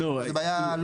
זו בעיה.